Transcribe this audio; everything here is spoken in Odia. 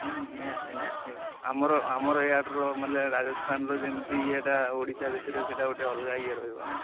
ହୁଁ ନିହାତି ନିହାତି ଆମର ଆମର ଇଆଡ଼ର ମାନେ ରାଜସ୍ଥାନର ଯେମିତି ଇଏଟା ଓଡ଼ିଶା ଭିତରେ ସେଇଟା ଗୋଟେ ଅଲଗା ଇଏ ରହିବ ନା